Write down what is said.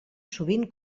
sovint